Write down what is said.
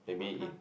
how come